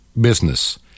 business